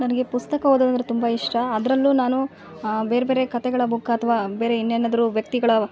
ನನಗೆ ಪುಸ್ತಕ ಓದೋದು ಅಂದರೆ ತುಂಬ ಇಷ್ಟ ಅದರಲ್ಲು ನಾನು ಬೇರೆಬೇರೆ ಕತೆಗಳ ಬುಕ್ ಅಥ್ವ ಬೇರೆ ಇನ್ನೇನಾದ್ರು ವ್ಯಕ್ತಿಗಳ